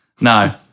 No